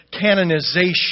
canonization